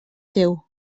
seu